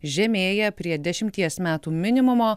žemėja prie dešimties metų minimumo